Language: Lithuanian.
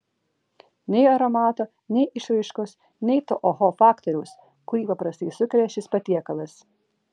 nei aromato nei išraiškos nei to oho faktoriaus kurį paprastai sukelia šis patiekalas